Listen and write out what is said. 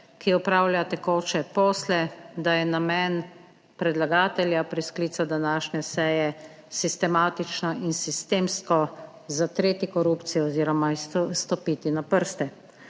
ki opravlja tekoče posle, da je namen predlagatelja pri sklicu današnje seje sistematično in sistemsko zatreti korupcijo oziroma stopiti na prste.